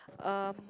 um